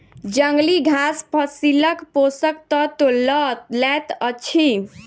जंगली घास फसीलक पोषक तत्व लअ लैत अछि